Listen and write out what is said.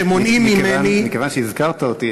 אבל מכיוון שהזכרת אותי,